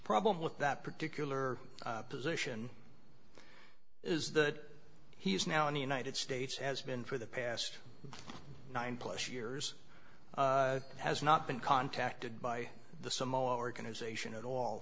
problem with that particular position is that he is now in the united states has been for the past nine plus years has not been contacted by the samoa organization at all